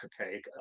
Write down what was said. okay